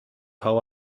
how